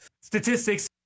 Statistics